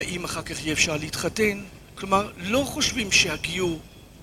האם אחר כך יהיה אפשר להתחתן? כלומר, לא חושבים שהגיור..